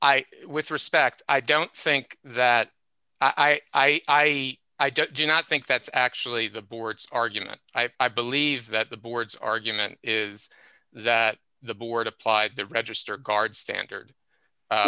i with respect i don't think that i i i i don't do not think that's actually the board's argument i believe that the board's argument is that the board applied the register guard standard